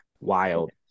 Wild